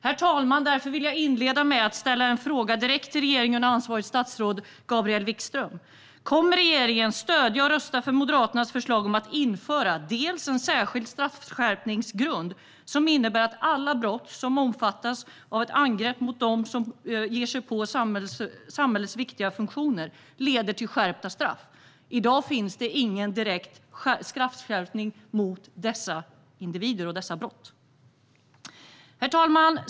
Herr talman! Därför vill jag inleda med att ställa en fråga direkt till regeringen och ansvarigt statsråd Gabriel Wikström. Kommer regeringen att stödja och rösta för Moderaternas förslag om att införa en särskild straffskärpningsgrund som innebär att alla brott som innefattar ett angrepp mot dem som sköter samhällets viktiga funktioner leder till skärpta straff? I dag finns det ingen direkt straffskärpning när det gäller dessa individer och dessa brott. Herr talman!